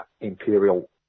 Imperial